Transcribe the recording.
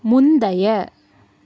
முந்தைய